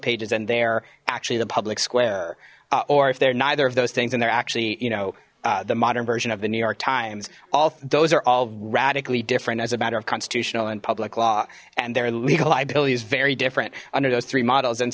pages and they're actually the public square or if they're neither of those things and they're actually you know the modern version of the new york times all those are all radically different as a matter of constitutional and public law and their legal liability is very different under those three models and